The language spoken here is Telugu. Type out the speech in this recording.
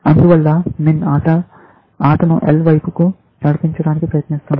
అందువల్ల MIN ఆటను L వైపు నడిపించడానికి ప్రయత్నిస్తోంది